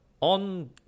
on